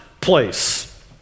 place